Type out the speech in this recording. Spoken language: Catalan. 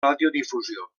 radiodifusió